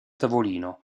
tavolino